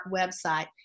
website